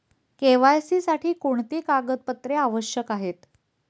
KYC साठी कोणती कागदपत्रे आवश्यक आहेत?